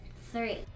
Three